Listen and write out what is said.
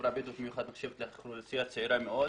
החברה הבדואית נחשבת לאוכלוסייה צעירה מאוד.